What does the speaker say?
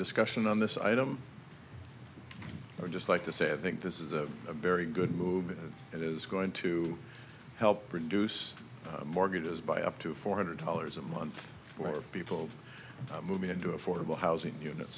discussion on this item or just like to say i think this is a very good move that is going to help reduce mortgages by up to four hundred dollars a month for people moving into affordable housing unit